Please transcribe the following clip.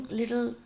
little